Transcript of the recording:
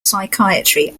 psychiatry